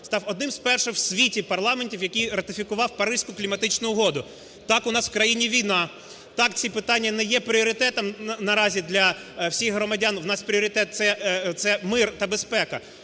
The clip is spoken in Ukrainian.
став одним з перших світі парламентів, який ратифікував Паризьку кліматичну угоду. Так, у нас в країні війна. Так, ці питання не є пріоритетом наразі для всіх громадян. У нас пріоритет – це мир та безпека.